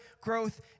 growth